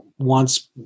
wants